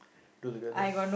do together